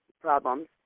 problems